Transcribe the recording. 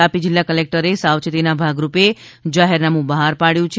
તાપી જિલ્લા કલેકટરે સાવચેતીના ભાગરૂપે જાહેરનામું બહાર પાડયું છે